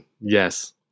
Yes